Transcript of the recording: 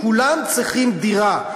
כולם צריכים דירה.